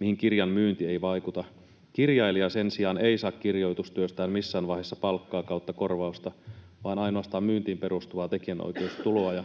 mihin kirjan myynti ei vaikuta. Kirjailija sen sijaan ei saa kirjoitustyöstään missään vaiheessa palkkaa/korvausta vaan ainoastaan myyntiin perustuvaa tekijänoikeustuloa.